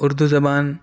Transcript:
اردو زبان